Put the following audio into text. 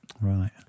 Right